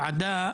הוועדה,